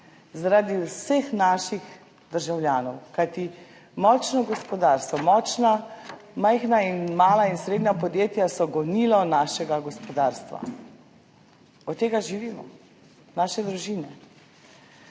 zaradi vseh naših državljanov, kajti močno gospodarstvo, močna mala in srednja podjetja so gonilo našega gospodarstva, od tega živimo, naše družine.